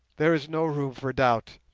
there is no room for doubt.